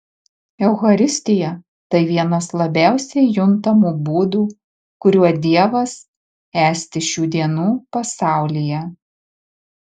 eucharistija tai vienas labiausiai juntamų būdų kuriuo dievas esti šių dienų pasaulyje